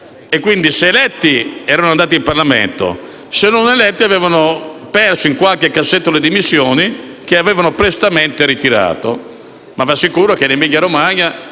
e quindi, se eletti, erano entrati in Parlamento, se non eletti, avevano perso in qualche cassetto le dimissioni che avevano prestamente ritirato. Vi assicuro, però, che in Emilia-Romagna